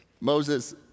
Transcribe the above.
Moses